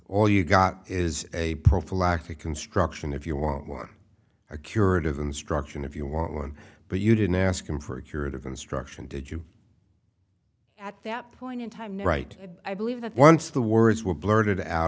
all you've got is a prophylactic construction if you want one a curative instruction if you want one but you didn't ask him for a curative instruction did you at that point in time right i believe that once the words were blurted out